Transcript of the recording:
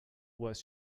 was